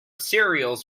cereals